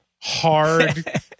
hard